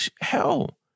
Hell